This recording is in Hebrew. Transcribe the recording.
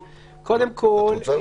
נכון?